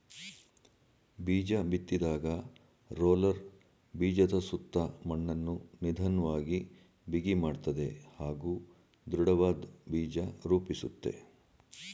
ಬೀಜಬಿತ್ತಿದಾಗ roller ಬೀಜದಸುತ್ತ ಮಣ್ಣನ್ನು ನಿಧನ್ವಾಗಿ ಬಿಗಿಮಾಡ್ತದೆ ಹಾಗೂ ದೃಢವಾದ್ ಬೀಜ ರೂಪಿಸುತ್ತೆ